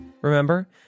Remember